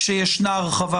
כאשר יש הרחבה,